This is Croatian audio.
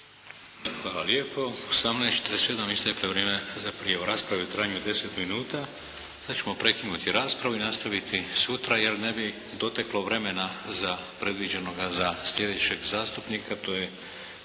Hvala lijepo. 18,47. je, isteklo je vrijeme za prijavu rasprave u trajanju od 10 minuta. Sada ćemo prekinuti raspravu i nastaviti sutra jer ne bi doteklo vremena predviđenoga za slijedećeg zastupnika, to je